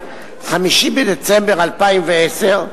5 בדצמבר 2010,